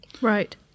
Right